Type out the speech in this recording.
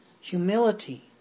Humility